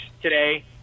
today